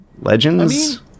Legends